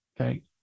Okay